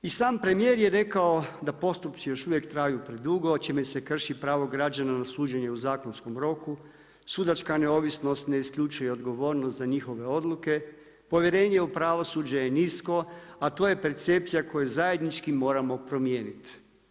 I sam premijer je rekao da postupci još uvijek traju predugo čime se krši pravo građana na suđenje u zakonskom roku, sudačka neovisnost ne isključuje odgovornost za njihove odluke, povjerenje u pravosuđe je nisko a to je percepcija koju zajednički moramo promijeniti.